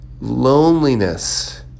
loneliness